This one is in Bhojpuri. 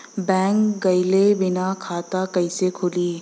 बैंक गइले बिना खाता कईसे खुली?